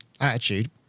attitude